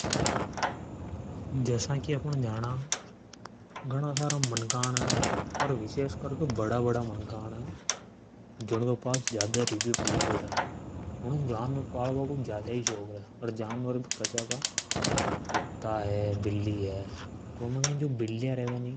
﻿जैसा कि अपन जाना घणा सारा मनका ने अर विशेष करके बड़ा-बड़ा मनका ने है जन्के पास जादा रीप्यो पीश्यो रे उने जानवर पाल बाको घणों ही ज्यादा सोक रे। अर जानवर भी कसा का, कुत्ता है बिल्ली है। उमे कई जो बिल्ली है। तो जो बिल्लीया रेवे नि